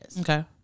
Okay